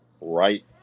right